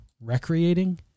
recreating